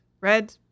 Red